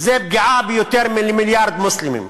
זאת פגיעה ביותר ממיליארד מוסלמים,